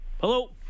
Hello